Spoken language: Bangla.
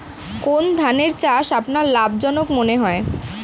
কোন ধানের চাষ আপনার লাভজনক মনে হয়?